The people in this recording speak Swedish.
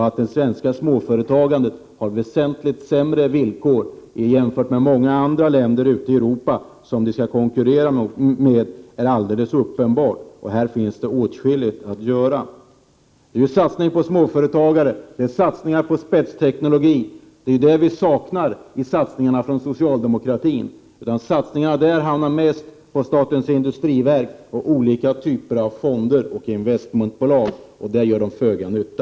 Att de svenska småföretagen har väsentligt sämre villkor än småföretagen i många andra länder ute i Europa, som de skall konkurrera med, är alldeles uppenbart. Här finns åtskilligt att göra. Vi saknar satsningar på småföretagare och på spetsteknologi från socialdemokratin. Satsningarna från socialdemokratin hamnar mest på statens industriverk och olika typer av fonder och investmentbolag, och där gör de föga nytta.